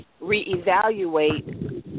reevaluate